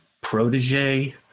protege